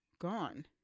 gone